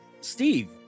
Steve